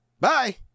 Bye